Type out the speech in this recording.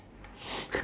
ya